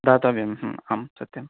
दातव्यम् आं सत्यम्